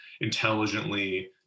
intelligently